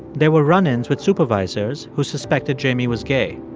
there were run-ins with supervisors who suspected jamie was gay.